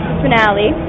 finale